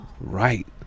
right